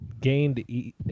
Gained